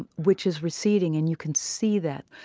which is receding, and you can see that.